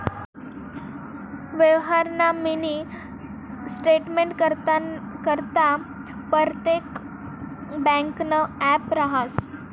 यवहारना मिनी स्टेटमेंटकरता परतेक ब्यांकनं ॲप रहास